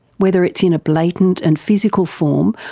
whether it's in a blatant and physical form,